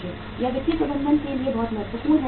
यह वित्तीय प्रबंधक के लिए बहुत महत्वपूर्ण है